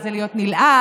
מה זה להיות נלעג,